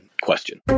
question